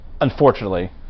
unfortunately